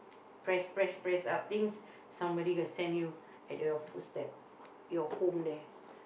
press press press out things somebody gonna send you at your footstep your home there